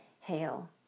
Hail